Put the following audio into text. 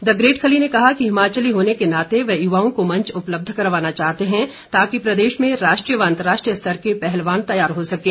the great Khali ने कहा कि हिमाचली होने के नाते वह युवाओं को मंच उपलब्ध करवाना चाहते है ताकि प्रदेश से राष्ट्रीय व अंतरराष्ट्रीय स्तर के पहलवान तैयार हो सकें